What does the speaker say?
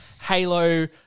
Halo